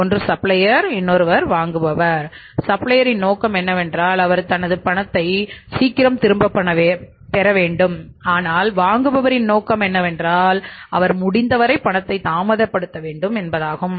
ஒன்று சப்ளையர் நோக்கம் என்னவென்றால் அவர் தனது பணத்தை சீக்கிரம் திரும்பப் பெற வேண்டும் ஆனால் வாங்குபவரின் நோக்கம் என்னவென்றால் அவர் முடிந்தவரை பணத்தைத் தாமதப்படுத்த வேண்டும் என்பதாகும்